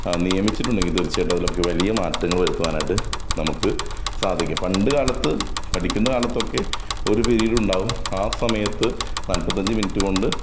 നിയമിച്ചിട്ടുണ്ടെങ്കിൽ തീർച്ചയായിട്ടും അതിലൊക്കെ വലിയ മാറ്റങ്ങള് വരുത്തുവാനായിട്ട് നമുക്ക് സാധിക്കും പണ്ട് കാലത്ത് പഠിക്കുന്ന കാലത്തൊക്കെ ഒരു പീരീഡുണ്ടാകും ആ സമയത്ത് നാൽപ്പത്തഞ്ച് മിനിറ്റ് കൊണ്ട്